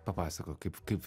papasakok kaip kaip